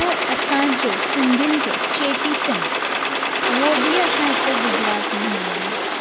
पोइ असांजो सिंधियुनि जो चेटीचंड उहो बि असां हिते गुजरात में मल्हाईंदा आहियूं